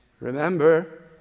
Remember